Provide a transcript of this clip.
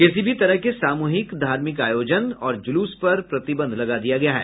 किसी भी तरह के सामूहिक धार्मिक आयोजन और जुलूस पर प्रतिबंध लगा दिया गया है